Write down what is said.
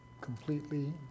completely